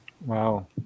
wow